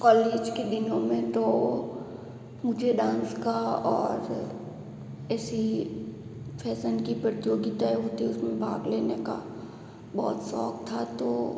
college के दिनों में तो मुझे डांस का और ऐसे ही फैसन की प्रतियोगिताएँ होती है उस में भाग लेने का बहुत शौक था तो